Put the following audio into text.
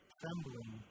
trembling